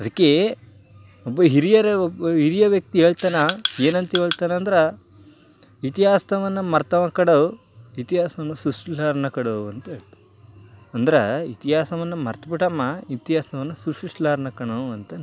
ಅದಕ್ಕೇ ಒಬ್ಬ ಹಿರಿಯ ಒಬ್ಬ ಹಿರಿಯ ವ್ಯಕ್ತಿ ಹೇಳ್ತಾನೆ ಏನಂತ ಹೇಳ್ತನಂದ್ರ ಇತಿಹಾಸವನ್ನ ಮರೆತವಕಣೋ ಇತಿಹಾಸವನ್ನು ಸೃಷ್ಟಿಸಾರನು ಕಣೋ ಅಂತ ಹೇಳ್ತಾನೆ ಅಂದ್ರೆ ಇತಿಹಾಸವನ್ನು ಮರ್ತು ಬಿಟ್ಟವ ಇತಿಹಾಸವನ್ನು ಸೃಷ್ಟಿಸ್ಲಾರ್ನು ಕಣೋ ಅಂತಾನೆ